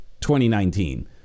2019